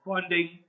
funding